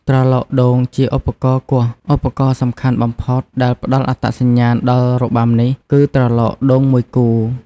ត្រឡោកដូងជាឧបករណ៍គោះ ឧបករណ៍សំខាន់បំផុតដែលផ្តល់អត្តសញ្ញាណដល់របាំនេះ គឺត្រឡោកដូងមួយគូ។